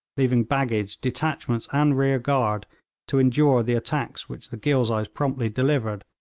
leaving baggage, detachments, and rear-guard to endure the attacks which the ghilzais promptly delivered,